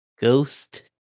Ghost